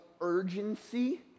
urgency